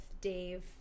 Dave